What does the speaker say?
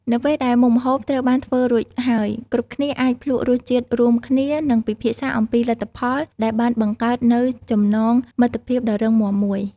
នៅពេលដែលមុខម្ហូបត្រូវបានធ្វើរួចហើយ គ្រប់គ្នាអាច ភ្លក្សរសជាតិរួមគ្នា និងពិភាក្សាអំពីលទ្ធផល ដែលបានបង្កើតនូវចំណងមិត្តភាពដ៏រឹងមាំមួយ។